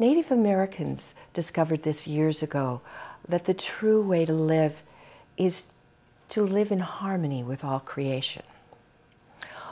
native americans discovered this years ago that the true way to live is to live in harmony with our creation